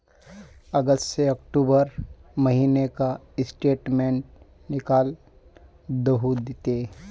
अगस्त से अक्टूबर महीना का स्टेटमेंट निकाल दहु ते?